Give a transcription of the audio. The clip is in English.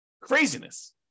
Craziness